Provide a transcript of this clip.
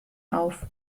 auf